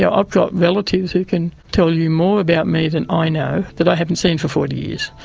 yeah i've got relatives who can tell you more about me than i know, that i haven't seen for forty years,